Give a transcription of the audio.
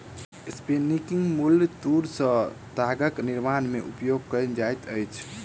spinning mule तूर सॅ तागक निर्माण में उपयोग कएल जाइत अछि